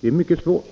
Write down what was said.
Det är mycket svårt.